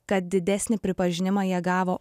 kad didesnį pripažinimą jie gavo